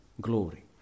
glory